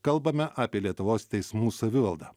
kalbame apie lietuvos teismų savivaldą